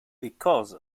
because